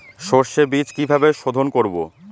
সর্ষে বিজ কিভাবে সোধোন করব?